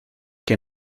que